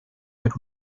per